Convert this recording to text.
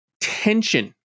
tension